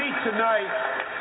tonight